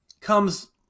comes